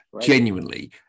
genuinely